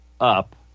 up